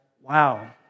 wow